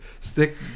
stick